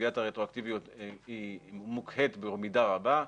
סוגיית הרטרואקטיביות היא מוקהית במידה רבה.